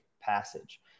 passage